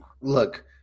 Look